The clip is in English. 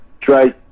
try